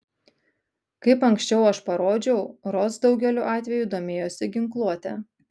kaip ankščiau aš parodžiau ros daugeliu atvejų domėjosi ginkluote